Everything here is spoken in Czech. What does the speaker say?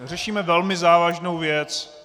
Řešíme velmi závažnou věc.